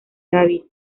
david